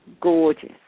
Gorgeous